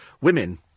women